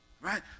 right